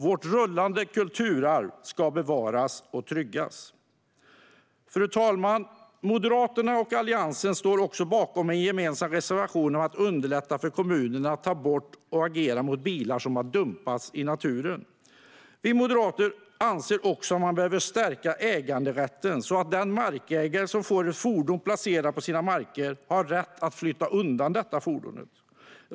Vårt rullande kulturarv ska bevaras och tryggas. Fru talman! Moderaterna och Alliansen står bakom en gemensam reservation om att underlätta för kommunerna att ta bort och agera mot bilar som dumpats i naturen. Vi moderater anser också att man behöver stärka äganderätten, så att den markägare som får ett fordon placerat på sina marker har rätt att flytta undan detta fordon.